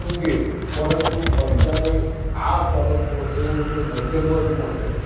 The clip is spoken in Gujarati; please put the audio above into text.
ઉગે પરંતુ અત્યારે આ તબક્કો એવો છે મધ્યમ વર્ગ માટે